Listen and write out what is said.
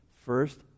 First